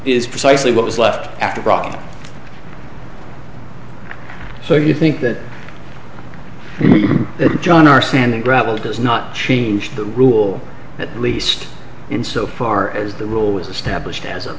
is precisely what was left after all so you think that john r sand and gravel does not change the rule at least in so far as the rule was established as